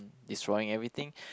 destroying everything